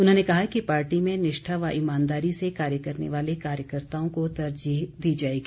उन्होंने कहा कि पार्टी में निष्ठा व ईमानदारी से कार्य करने वाले कार्यकर्ताओं को तरजीह दी जाएगी